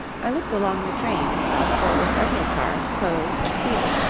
i looked along the train and saw that there were several cars closed and sealed,